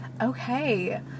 Okay